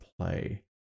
play